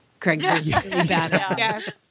Craigslist